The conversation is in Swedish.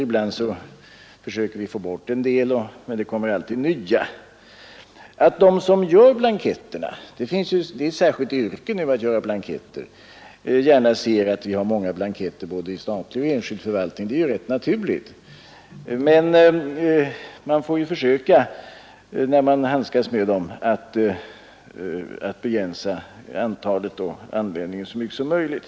Ibland försöker vi få bort en del av dem, men det kommer alltid nya. Och att de som gör blanketterna det är ju ett särskilt yrke nu att göra blanketter — gärna ser att vi har många blanketter både i statlig och i enskild förvaltning är helt naturligt. Men när man handskas med blanketterna får man försöka begränsa antalet och användningen så mycket som möjligt.